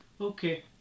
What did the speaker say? Okay